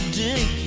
dig